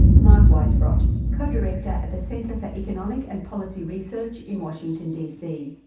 mark weisbot co-director at the centre for economic and policy research in washington dc.